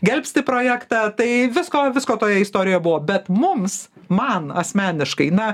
gelbsti projektą tai visko visko toje istorijoje buvo bet mums man asmeniškai na